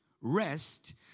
Rest